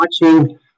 watching